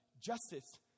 justice